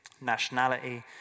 nationality